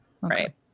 Right